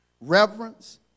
reverence